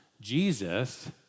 Jesus